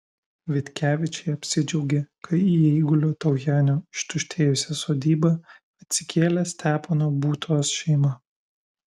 vitkevičiai apsidžiaugė kai į eigulio taujenio ištuštėjusią sodybą atsikėlė stepono būtos šeima